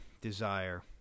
desire